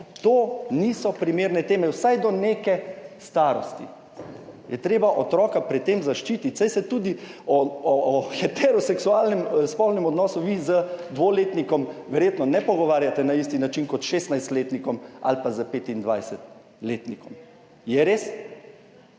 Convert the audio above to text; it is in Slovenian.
to niso primerne teme. Vsaj do neke starosti je treba otroka pred tem zaščititi, saj se tudi o heteroseksualnem spolnem odnosu vi z dvoletnikom verjetno ne pogovarjate na isti način kot s 16-letnikom ali pa s 25-letnikom. Je res?